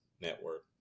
network